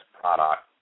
product